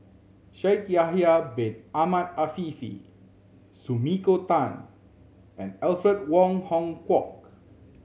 Shaikh Yahya Bin Ahmed Afifi Sumiko Tan and Alfred Wong Hong Kwok